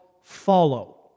Follow